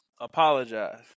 Apologize